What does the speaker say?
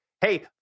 hey